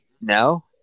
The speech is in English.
No